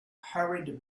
hurried